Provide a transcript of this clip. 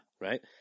right